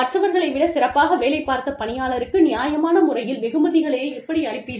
மற்றவர்களை விட சிறப்பாக வேலை பார்த்த பணியாளர்களுக்கு நியாயமான முறையில் வெகுமதிகளை எப்படி அளிப்பீர்கள்